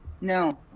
no